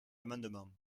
amendement